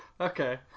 Okay